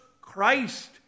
Christ